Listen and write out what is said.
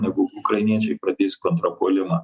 negu ukrainiečiai pradės kontrpuolimą